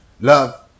love